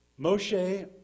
Moshe